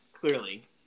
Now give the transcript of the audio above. clearly